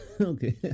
Okay